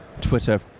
Twitter